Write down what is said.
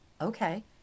Okay